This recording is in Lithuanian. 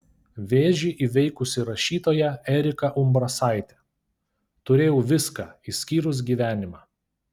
vėžį įveikusi rašytoja erika umbrasaitė turėjau viską išskyrus gyvenimą